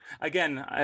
Again